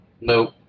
Nope